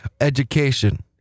Education